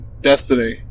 Destiny